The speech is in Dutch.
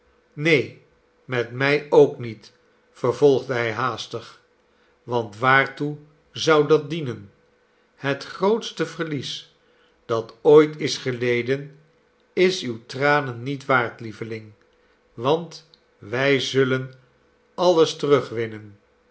neen met mij ook niet vervolgde hij haastig want waartoe zou dat dienen het grootste verlies dat ooit is geleden is uwe tranen niet waard lieveling want wij zullen alles